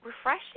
refreshing